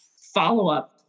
follow-up